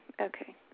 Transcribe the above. Okay